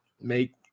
make